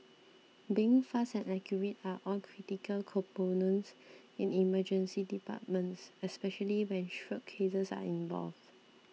being fast and accurate are all critical components in Emergency Departments especially when stroke cases are involved